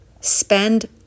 spend